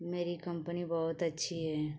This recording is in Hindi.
मेरी कम्पनी बहुत अच्छी है